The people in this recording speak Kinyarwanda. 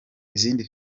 izindi